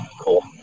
Cool